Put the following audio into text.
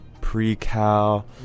pre-cal